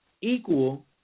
equal